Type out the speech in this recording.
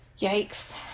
yikes